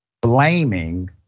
blaming